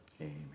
Amen